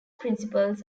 principles